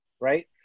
right